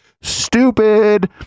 stupid